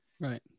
Right